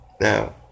Now